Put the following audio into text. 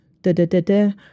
da-da-da-da